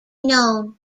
known